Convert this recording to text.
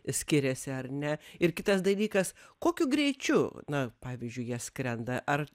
skiriasi ar ne ir kitas dalykas kokiu greičiu na pavyzdžiui jie skrenda ar